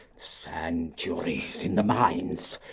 centuries in the mines!